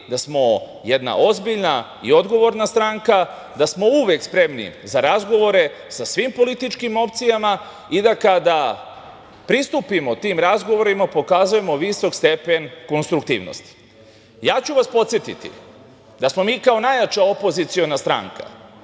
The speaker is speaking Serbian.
da smo jedna ozbiljna i odgovorna stranka, da smo uvek spremni za razgovore sa svim političkim opcijama i da, kada pristupimo tim razgovorima, pokazujemo visok stepen konstruktivnosti. Podsetiću vas da smo mi kao najjača opoziciona stranka